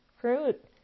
fruit